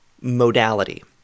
modality